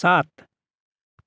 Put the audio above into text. सात